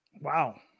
Wow